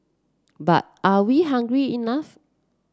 but are we hungry enough